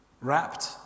wrapped